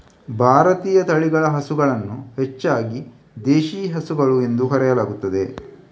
ಭಾರತೀಯ ತಳಿಗಳ ಹಸುಗಳನ್ನು ಹೆಚ್ಚಾಗಿ ದೇಶಿ ಹಸುಗಳು ಎಂದು ಕರೆಯಲಾಗುತ್ತದೆ